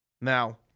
Now